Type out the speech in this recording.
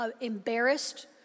embarrassed